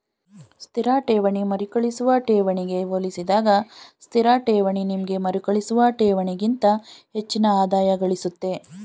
ಸ್ಥಿರ ಠೇವಣಿ ಮರುಕಳಿಸುವ ಠೇವಣಿಗೆ ಹೋಲಿಸಿದಾಗ ಸ್ಥಿರಠೇವಣಿ ನಿಮ್ಗೆ ಮರುಕಳಿಸುವ ಠೇವಣಿಗಿಂತ ಹೆಚ್ಚಿನ ಆದಾಯಗಳಿಸುತ್ತೆ